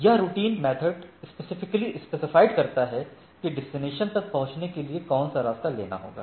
यह routine method specifically specify करता है की डेस्टिनेशन तक पहुंचने के लिए कौन सा रास्ता लेना होगा